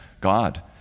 God